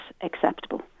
acceptable